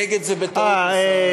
הנגד זה לפרוטוקול בעד.